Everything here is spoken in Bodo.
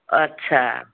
आस्सा